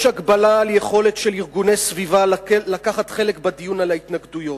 יש הגבלה על היכולת של ארגוני סביבה לקחת חלק בדיון על ההתנגדויות.